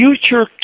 future